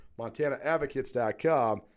MontanaAdvocates.com